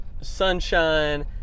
sunshine